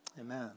Amen